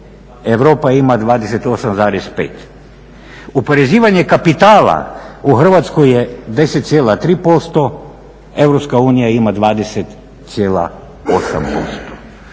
Europa ima 28,5. Oporezivanje kapitala u Hrvatskoj je 10,3%, Europska unija ima 20,8%.